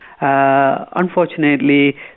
Unfortunately